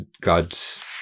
God's